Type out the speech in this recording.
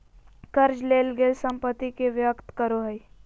कर्ज लेल गेल संपत्ति के व्यक्त करो हइ